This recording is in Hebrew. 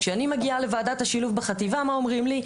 כשאני מגיעה לוועדת שילב בחטיבה מה אומרים לי,